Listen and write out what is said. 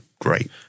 great